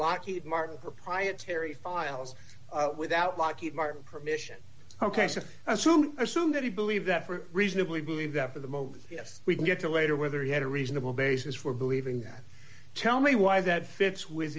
lockheed martin proprietary files without lockheed martin permission ok so i assume assume that he believed that for reasonably believe that for the moment yes we can get to later whether he had a reasonable basis for believing that tell me why that fits with